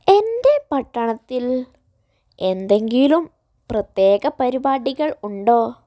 എൻ്റെ പട്ടണത്തിൽ എന്തെങ്കിലും പ്രത്യേക പരിപാടികൾ ഉണ്ടോ